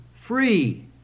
free